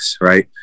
right